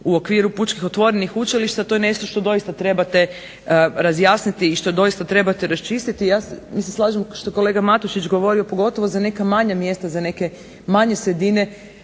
u okviru pučkih otvorenih učilišta to je nešto što doista trebate razjasniti i što doista trebate raščistiti. Ja se slažem što je gospodin Matušić govorio neka manja mjesta, za neke manje sredine